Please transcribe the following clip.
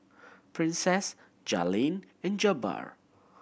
Princess Jalen and Jabbar